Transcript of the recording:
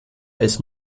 als